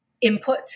input